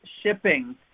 shipping